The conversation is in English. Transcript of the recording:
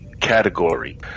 category